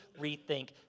rethink